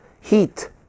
heat